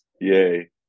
Yay